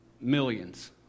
millions